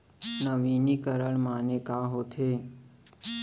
नवीनीकरण माने का होथे?